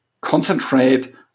Concentrate